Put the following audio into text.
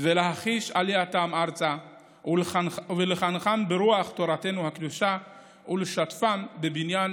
ולהחיש עלייתם ארצה ולחנכם ברוח תורתנו הקדושה ולשבצם בבניין